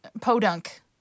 Podunk